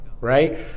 right